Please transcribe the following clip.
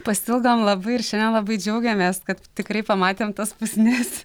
pasiilgom labai ir šiandien labai džiaugėmės kad tikrai pamatėm tas pusnis